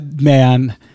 man